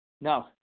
No